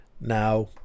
Now